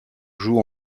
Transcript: joue